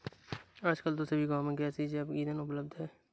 आजकल तो सभी गांव में गैसीय जैव ईंधन उपलब्ध है